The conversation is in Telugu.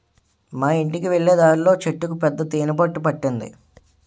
మా యింటికి వెళ్ళే దారిలో చెట్టుకు పెద్ద తేనె పట్టు పట్టింది